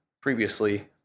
previously